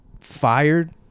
fired